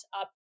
up